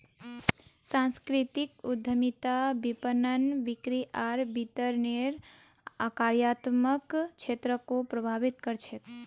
सांस्कृतिक उद्यमिता विपणन, बिक्री आर वितरनेर कार्यात्मक क्षेत्रको प्रभावित कर छेक